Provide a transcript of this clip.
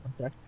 Okay